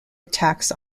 attacks